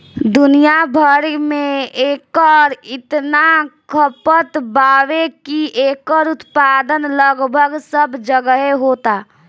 दुनिया भर में एकर इतना खपत बावे की एकर उत्पादन लगभग सब जगहे होता